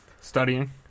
studying